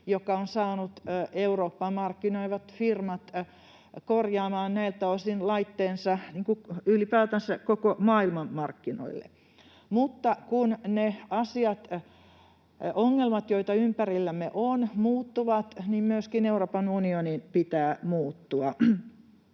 jotka ovat saaneet Euroopassa markkinoivat firmat korjaamaan näiltä osin laitteensa ylipäätänsä koko maailman markkinoille. Mutta kun ne ongelmat, joita ympärillämme on, muuttuvat, niin myöskin Euroopan unionin pitää muuttua.